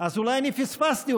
אולי אני פספסתי,